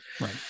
Right